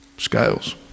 Scales